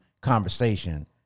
conversation